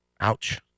Ouch